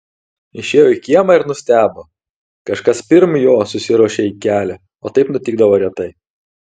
išėjo į kiemą ir nustebo kažkas pirm jo susiruošė į kelią o taip nutikdavo retai